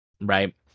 Right